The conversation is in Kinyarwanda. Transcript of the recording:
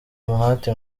umuhate